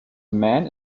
man